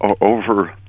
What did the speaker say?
over